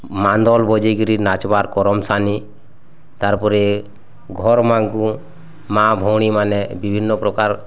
ମାନ୍ଦଲ୍ ବଜାଇକିରି ନାଚବାର୍ କର୍ମ ସାନି ତାର୍ ପରେ ଘର୍ମାନଙ୍କୁ ମାଆ ଭଉଣୀମାନେ ବିଭିନ୍ନ ପ୍ରକାର୍